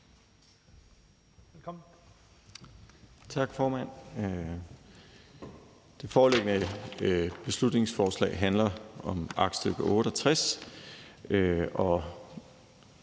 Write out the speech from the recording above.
(S): Tak, formand. Det foreliggende beslutningsforslag handler om aktstykke